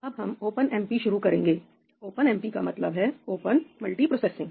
अब हम ओपनएमपी शुरू करेंगे ओपनएमपी का मतलब है ओपन मल्टिप्रोसेसिंग